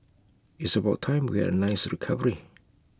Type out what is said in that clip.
it's about time we had A nice recovery